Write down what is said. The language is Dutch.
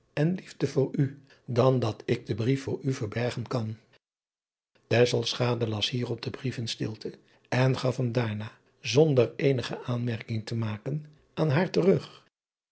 en liefde voor u dan dat ik den brief voor u verbergen kan las hierop den brief in stilte en gaf hem daarna zonder eenige aanmerking te maken aan haar terug